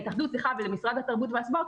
זה למשרד התרבות והספורט,